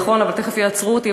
נכון, אבל תכף יעצרו אותי.